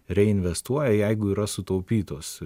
reinvestuoja jeigu yra sutaupytos